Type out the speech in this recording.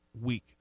week